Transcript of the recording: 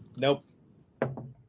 Nope